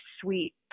sweet